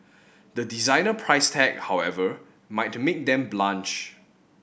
the designer price tag however might make them blanch